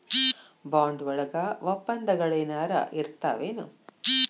Bond ವಳಗ ವಪ್ಪಂದಗಳೆನರ ಇರ್ತಾವೆನು?